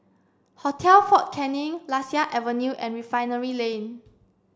Hotel Fort Canning Lasia Avenue and Refinery Lane